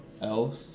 else